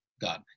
God